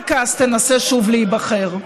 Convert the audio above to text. רק אז, תנסה שוב להיבחר.